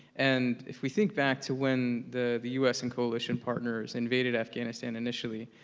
and if we think back to when the the u s. and coalition partners invaded afghanistan initially,